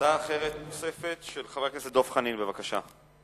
הצעה אחרת של חבר הכנסת דב חנין, בבקשה.